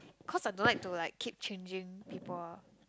cause I don't like to like keep changing people ah